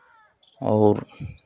और